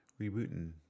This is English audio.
rebooting